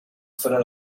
fueron